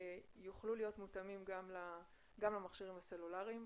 יוכלו להיות מותאמים גם למכשירים סלולריים.